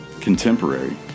contemporary